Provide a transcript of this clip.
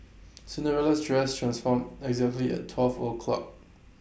Cinderella's dress transformed exactly at twelve o'clock